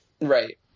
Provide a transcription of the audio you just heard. Right